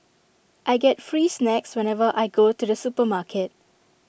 I get free snacks whenever I go to the supermarket